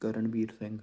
Karanveer Singh